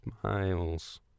smiles